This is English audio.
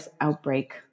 outbreak